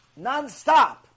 Nonstop